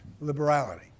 liberality